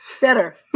Better